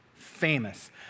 famous